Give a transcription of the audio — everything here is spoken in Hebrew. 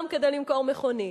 פעם כדי למכור מכונית.